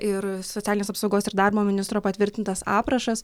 ir socialinės apsaugos ir darbo ministro patvirtintas aprašas